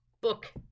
book